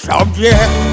Subject